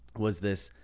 was this.